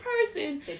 person